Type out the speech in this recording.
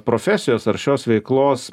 profesijos ar šios veiklos